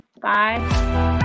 Bye